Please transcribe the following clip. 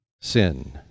Sin